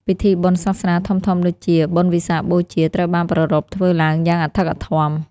ពិធីបុណ្យសាសនាធំៗដូចជា បុណ្យវិសាខបូជា ត្រូវបានប្រារព្ធធ្វើឡើងយ៉ាងអធិកអធម។